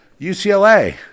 UCLA